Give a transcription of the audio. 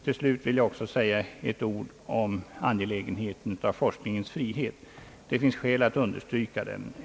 Till slut vill jag också säga ett ord om angelägenheten av forskningens frihet. Det finns skäl att understryka den.